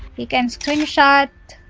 you can screenshot